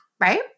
right